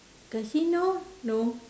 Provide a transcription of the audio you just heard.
casino no